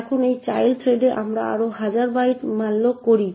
এখন এই চাইল্ড থ্রেডে আমরা আরও হাজার বাইট malloc করি